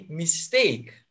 mistake